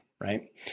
right